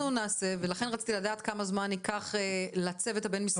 אז אנחנו נעשה ולכן רציתי לדעת כמה זמן יקח לצוות הבין משרדי.